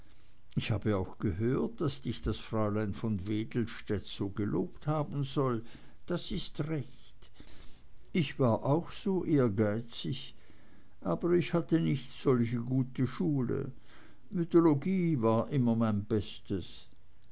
ich habe auch gehört daß dich das fräulein von wedelstädt so gelobt haben soll das ist recht ich war auch so ehrgeizig aber ich hatte nicht solche gute schule mythologie war immer mein bestes